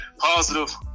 Positive